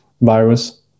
virus